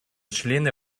члены